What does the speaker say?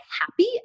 happy